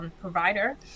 provider